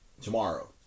tomorrow